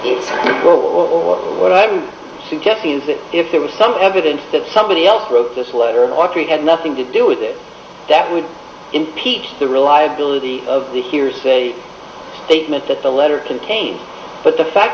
quo or what i'm suggesting is that if there was some evidence that somebody else wrote this letter walker had nothing to do with it that would impede the reliability of the hearsay statements that the letter contained but the fact